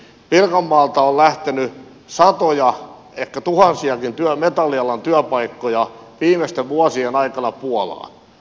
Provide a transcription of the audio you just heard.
pirkanmaalta on lähtenyt satoja ehkä tuhansiakin metallialan työpaikkoja viimeisten vuosien aikana puolaan